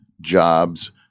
jobs